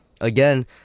again